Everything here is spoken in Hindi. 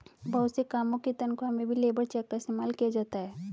बहुत से कामों की तन्ख्वाह में भी लेबर चेक का इस्तेमाल किया जाता है